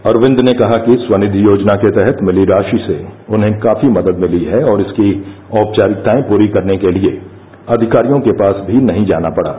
अरविंद ने कहा कि स्वनिधि योजना के तहत मिली राशि से उन्हें काफी मदद मिली है और इसकी औपचारिकताए पूरी करने के लिए अधिकारियों के पास भी नहीं जाना पड़ा